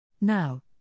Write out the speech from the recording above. Now